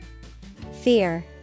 Fear